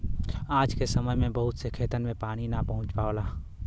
आज के समय में बहुत से खेतन में पानी ना पहुंच पावला